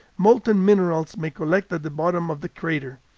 molten minerals may collect at the bottom of the crater.